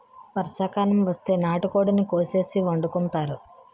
వర్షాకాలం వస్తే నాటుకోడిని కోసేసి వండుకుంతారు